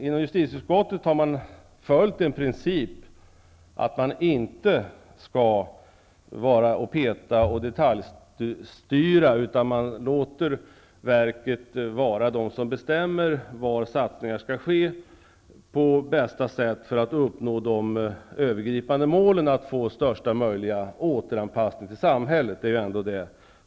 Inom justitieutskottet har vi följt principen att man inte skall peta och detaljstyra, utan man låter verket bestämma var satsningar skall ske på bästa sätt för att uppnå det övergripande målet, att få största möjliga återanpassning till samhället.